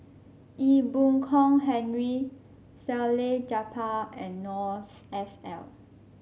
Ee Boon Kong Henry Salleh Japar and Noor S L